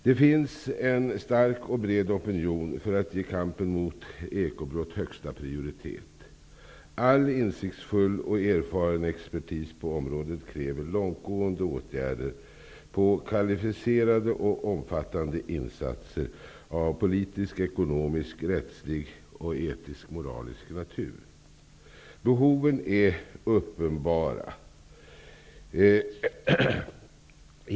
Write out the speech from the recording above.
Det finns en stark och bred opinion för att ge kampen mot ekobrott högsta prioritet. All insiktsfull och erfaren expertis på området kräver långtgående åtgärder, kvalificerade och omfattande insatser av politisk, ekonomisk, rättslig och etisk-moralisk natur. Behoven är uppenbara.